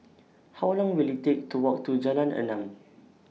How Long Will IT Take to Walk to Jalan Enam